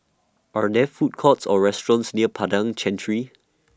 Are There Food Courts Or restaurants near Padang Chancery